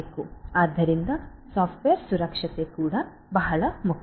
ಆದ್ದರಿಂದ ಸಾಫ್ಟ್ವೇರ್ ಸುರಕ್ಷತೆ ಬಹಳ ಮುಖ್ಯ